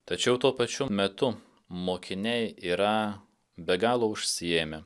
tačiau tuo pačiu metu mokiniai yra be galo užsiėmę